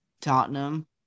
Tottenham